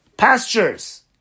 Pastures